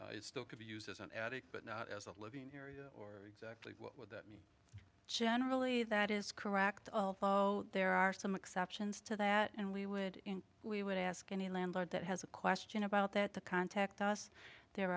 through it still could be used as an attic but not as a living area or exactly what that means generally that is correct although there are some exceptions to that and we would we would ask any landlord that has a question about that the contact us there